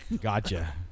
Gotcha